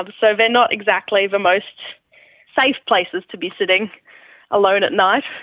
um so they are not exactly the most safe places to be sitting alone at night.